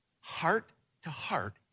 heart-to-heart